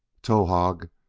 towahg,